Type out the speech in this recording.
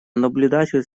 наблюдатель